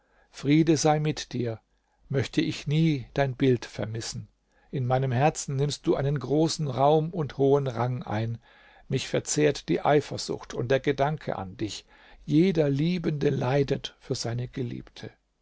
friede sei mit dir möchte ich nie dein bild vermissen in meinem herzen nimmst du einen großen raum und hohen rang ein mich verzehrt die eifersucht und der gedanke an dich jeder liebende leidet für seine geliebte